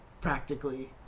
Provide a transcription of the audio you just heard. practically